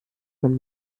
man